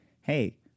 hey